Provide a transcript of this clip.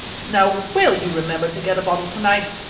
now, will you remember to get a bottle tonight?